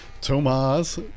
Tomas